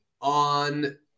on